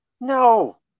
No